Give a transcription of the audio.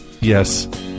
yes